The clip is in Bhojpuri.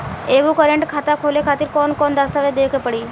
एगो करेंट खाता खोले खातिर कौन कौन दस्तावेज़ देवे के पड़ी?